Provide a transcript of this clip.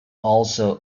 also